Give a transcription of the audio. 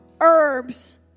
herbs